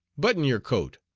button-your-coat,